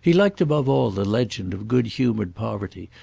he liked above all the legend of good-humoured poverty,